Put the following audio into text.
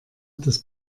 das